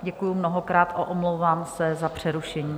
Děkuji mnohokrát a omlouvám se za přerušení.